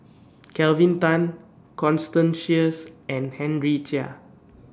Kelvin Tan Constance Sheares and Henry Chia